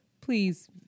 please